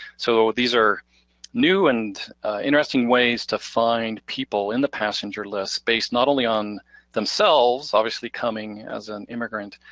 so these are new and interesting ways to find people in the passenger list based not only on themselves, obviously coming as an immigrant,